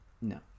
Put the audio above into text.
No